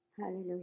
Hallelujah